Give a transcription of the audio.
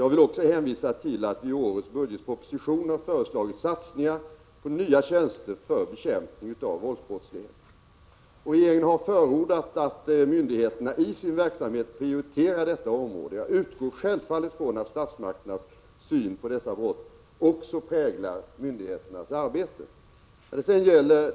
Jag vill också hänvisa till att vi i årets budgetproposition har föreslagit satsningar på nya tjänster för bekämpning av våldsbrottslighet: Regeringen har förordat att myndigheterna i sin verksamhet prioriterar detta område. Jag utgår självfallet från att statsmakternas syn på dessa brott också präglar myndigheternas arbete.